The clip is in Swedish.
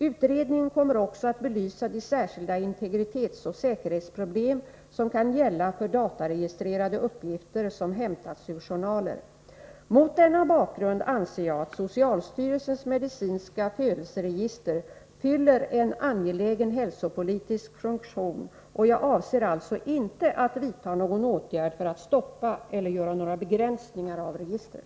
Utredningen kommer också att belysa de särskilda integritetsoch säkerhetsproblem som kan gälla för dataregistrerade uppgifter som hämtas ur journaler. Mot denna bakgrund anser jag att socialstyrelsens medicinska födelseregister fyller en angelägen hälsopolitisk funktion, och jag avser alltså inte att vidta någon åtgärd för att stoppa eller införa några begränsningar av registret.